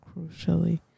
Crucially